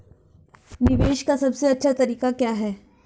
निवेश का सबसे अच्छा तरीका क्या है?